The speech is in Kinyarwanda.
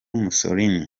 mussolini